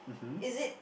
is it